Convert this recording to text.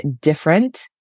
different